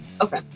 Okay